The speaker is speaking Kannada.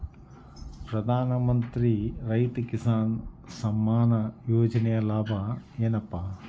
ಪ್ರಧಾನಮಂತ್ರಿ ರೈತ ಕಿಸಾನ್ ಸಮ್ಮಾನ ಯೋಜನೆಯ ಲಾಭ ಏನಪಾ?